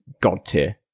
god-tier